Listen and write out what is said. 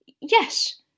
yes